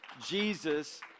Jesus